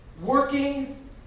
working